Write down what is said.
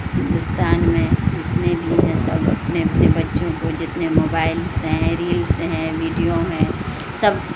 ہندوستان میں جتنے بھی ہیں سب اپنے اپنے بچوں کو جتنے موبائلس ہیں ریلس ہیں ویڈیو ہیں سب